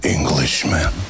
Englishman